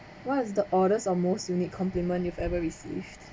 what is the oddest or most unique compliment you've ever received